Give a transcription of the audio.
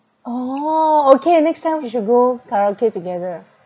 oh okay next time we should go karaoke together